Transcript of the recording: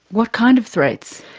what kind of threats?